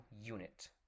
unit